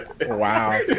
Wow